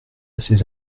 ces